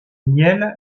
miel